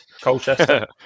Colchester